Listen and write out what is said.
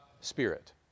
Spirit